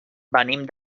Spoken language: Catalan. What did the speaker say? venim